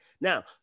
now